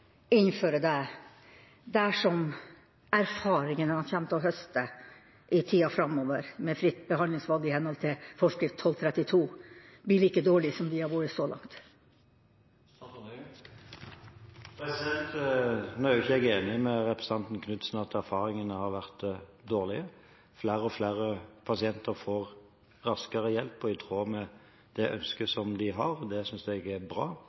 innføre det dersom erfaringene han kommer til å høste i tida framover med fritt behandlingsvalg i henhold til forskrift 1232, blir like dårlige som de har vært så langt? Nå er jo ikke jeg enig med representanten Knutsen i at erfaringene har vært dårlige. Flere og flere pasienter får raskere hjelp og i tråd med det ønsket som de har. Det synes jeg er bra